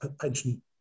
pension